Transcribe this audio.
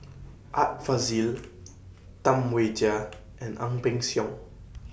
Art Fazil Tam Wai Jia and Ang Peng Siong